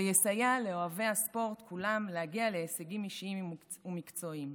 ויסייע לאוהבי הספורט כולם להגיע להישגים אישיים ומקצועיים.